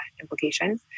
implications